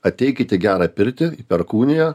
ateikit į gerą pirtį į perkūniją